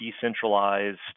decentralized